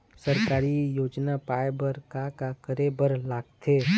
सरकारी योजना पाए बर का करे बर लागथे?